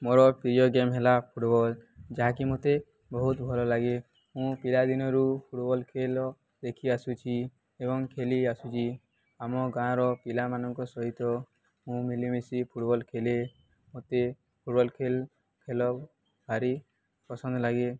ମୋର ପ୍ରିୟ ଗେମ୍ ହେଲା ଫୁଟବଲ୍ ଯାହାକି ମୋତେ ବହୁତ ଭଲ ଲାଗେ ମୁଁ ପିଲାଦିନରୁ ଫୁଟବଲ୍ ଖେଳ ଦେଖି ଆସୁଛି ଏବଂ ଖେଳି ଆସୁଛି ଆମ ଗାଁର ପିଲାମାନଙ୍କ ସହିତ ମୁଁ ମିଳିମିଶି ଫୁଟବଲ୍ ଖେଳେ ମୋତେ ଫୁଟବଲ୍ ଖେଳ ଖେଳ ଭାରି ପସନ୍ଦ ଲାଗେ